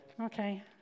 Okay